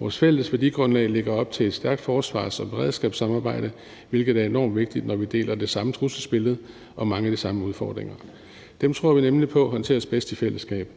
Vores fælles værdigrundlag lægger op til et stærkt forsvars- og beredskabssamarbejde, hvilket er enormt vigtigt, når vi deler det samme trusselsbillede og mange af de samme udfordringer. Dem tror vi nemlig på håndteres bedst i fællesskab.